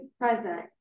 present